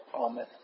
Amen